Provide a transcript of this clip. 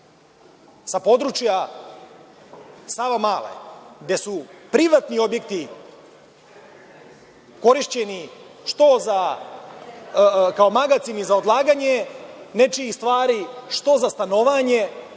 sa područja Savamale, gde su privatni objekti korišćeni kao magacin i odlaganje nečijih stvari, što za stanovanje,